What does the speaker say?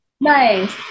nice